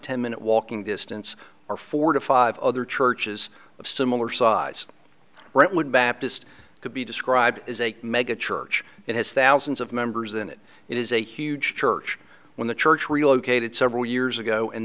ten minute walking distance are four to five other churches of similar size brentwood baptist could be described as a mega church it has thousands of members in it it is a huge church when the church relocated several years ago and